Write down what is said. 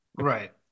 right